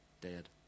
dead